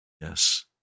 Yes